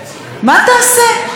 ולא זו אף זו,